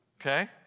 Okay